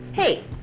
Hey